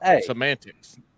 Semantics